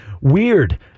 Weird